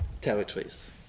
territories